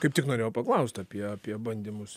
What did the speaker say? kaip tik norėjau paklaust apie apie bandymus